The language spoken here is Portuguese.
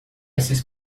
esses